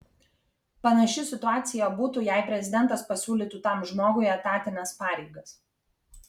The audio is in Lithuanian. panaši situacija būtų jei prezidentas pasiūlytų tam žmogui etatines pareigas